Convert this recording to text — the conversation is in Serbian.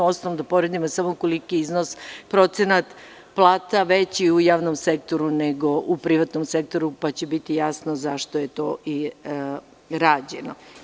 U ostalom, da uporedimo samo koliki je iznos, procenat plata veći u javnom sektoru, nego u privatnom sektoru, pa će biti jasno zašto je to i rađeno.